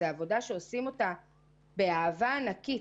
זו עבודה שעושים אותה באהבה ענקית.